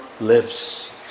lives